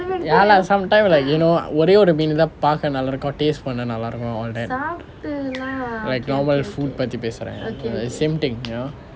ya lah sometime like you know ஒரே ஒரு மீனு தான் பார்க்க நல்லா இருக்கும்:ore oru meenu thaan paarkka nalla irukkum taste பண்ண நல்லா இருக்கும்:panna nallaa irukkum all that like normal food பத்தி பேசுறேன்:pathi pesuren same thing you know